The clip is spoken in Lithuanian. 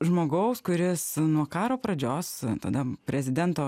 žmogaus kuris nuo karo pradžios tada prezidento